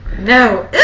No